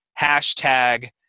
hashtag